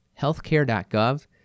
HealthCare.gov